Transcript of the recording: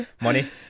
money